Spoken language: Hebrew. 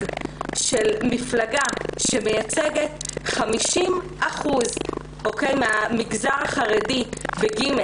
של מפלגה שמייצגת 50% מן המגזר החרדי ב-"ג",